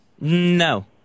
No